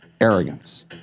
arrogance